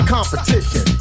Competition